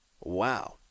Wow